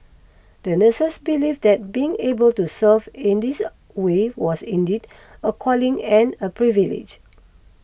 the nurses believed that being able to serve in this way was indeed a calling and a privilege